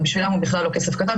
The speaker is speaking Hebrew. עבורן הוא בכלל לא כסף קטן,